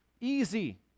easy